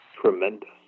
tremendous